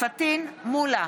פטין מולא,